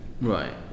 Right